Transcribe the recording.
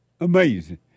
Amazing